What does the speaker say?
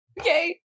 Okay